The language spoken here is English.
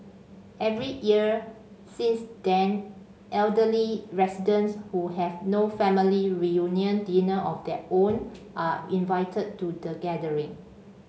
every year since then elderly residents who have no family reunion dinner of their own are invited to the gathering